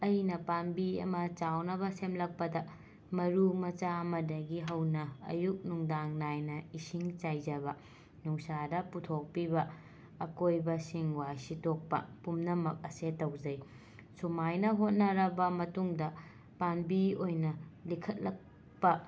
ꯑꯩꯅ ꯄꯥꯝꯕꯤ ꯑꯃ ꯆꯥꯎꯅꯕ ꯁꯦꯝꯂꯛꯄꯗ ꯃꯔꯨ ꯃꯆꯥ ꯑꯃꯗꯒꯤ ꯍꯧꯅ ꯑꯌꯨꯛ ꯅꯨꯡꯗꯥꯡ ꯅꯥꯏꯅ ꯏꯁꯤꯡ ꯆꯥꯏꯖꯕ ꯅꯨꯡꯁꯥꯗ ꯄꯨꯊꯣꯛꯄꯤꯕ ꯑꯀꯣꯏꯕꯁꯤꯡ ꯋꯥꯏ ꯁꯤꯇꯣꯛꯄ ꯄꯨꯝꯅꯃꯛ ꯑꯁꯦ ꯇꯧꯖꯩ ꯁꯨꯃꯥꯏꯅ ꯍꯣꯠꯅꯔꯕ ꯃꯇꯨꯡꯗ ꯄꯥꯝꯕꯤ ꯑꯣꯏꯅ ꯂꯤꯈꯠꯂꯛꯄ